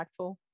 impactful